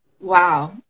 wow